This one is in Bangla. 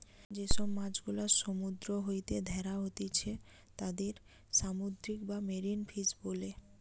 যে সব মাছ গুলা সমুদ্র হইতে ধ্যরা হতিছে তাদির সামুদ্রিক বা মেরিন ফিশ বোলে